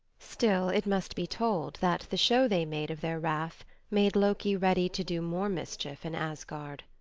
still, it must be told that the show they made of their wrath made loki ready to do more mischief in asgard.